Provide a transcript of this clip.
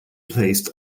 placed